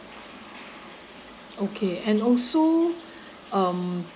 okay and also um